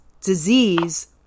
disease